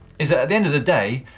is that at the end of the day,